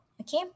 Okay